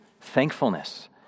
thankfulness